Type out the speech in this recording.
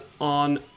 on